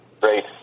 Great